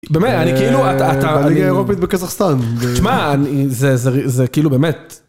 באמת, אני כאילו, אתה, אתה, אני, אני, זה, זה, זה כאילו באמת.